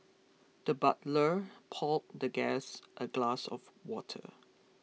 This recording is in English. the butler poured the guest a glass of water